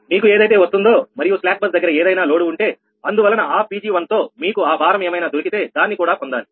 మీకు ఏదైతే వస్తుందో మరియు స్లాక్ బస్ దగ్గర ఏదైనా లోడు ఉంటే అందువలన ఆ 𝑃𝐺1 తో మీకు ఆ భారం ఏమైనా దొరికితే దాన్ని కూడా పొందాలి